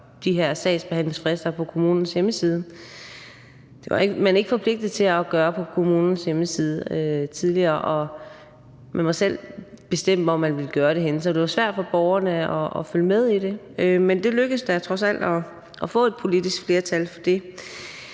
de her sagsbehandlingsfrister på kommunens hjemmeside. Det var man ikke forpligtet til at gøre på kommunens hjemmeside tidligere; man måtte selv bestemme, hvor man ville gøre det henne, så det var svært for borgerne at følge med i det. Men det lykkedes da trods alt at få et politisk flertal